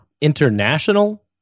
international